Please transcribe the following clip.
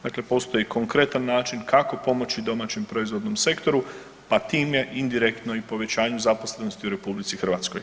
Dakle, postoji konkretan način kako pomoći domaćem proizvodnom sektoru, pa time indirektno i povećanju zaposlenosti u RH.